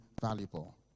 valuable